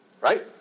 right